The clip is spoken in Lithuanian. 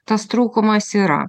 tas trūkumas yra